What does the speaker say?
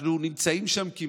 אנחנו כמעט נמצאים שם.